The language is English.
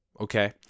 Okay